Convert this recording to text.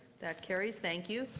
that carries. thank you.